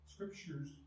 scriptures